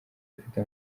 afite